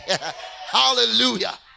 hallelujah